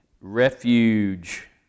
refuge